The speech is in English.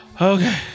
Okay